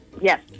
Yes